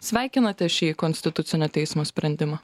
sveikinate šį konstitucinio teismo sprendimą